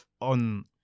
on